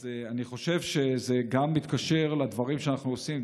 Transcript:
אז אני חושב שזה גם מתקשר לדברים שאנחנו עושים,